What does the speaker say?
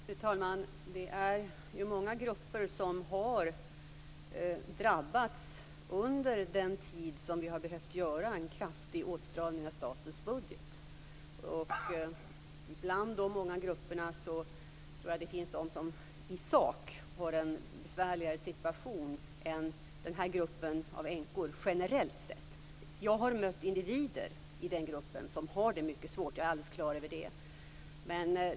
Fru talman! Det är många grupper som har drabbats under den tid vi har behövt göra en kraftig åtstramning av statens budget. Bland de många grupperna tror jag det finns dem som i sak har en besvärligare situation än den här gruppen av änkor, generellt sett. Jag har mött individer i den gruppen som har det mycket svårt. Jag är alldeles klar över det.